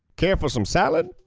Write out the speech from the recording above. care for some salad?